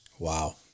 Wow